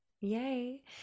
Yay